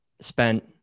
Spent